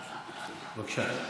בבקשה.